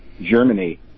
Germany